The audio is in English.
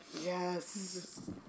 Yes